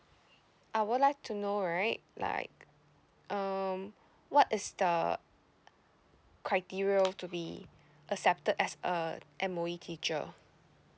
I would like to know right like um what is the criterial to be accepted as a M_O_E teacher